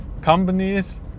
companies